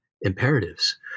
imperatives